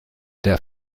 der